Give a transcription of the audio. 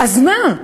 אז מה?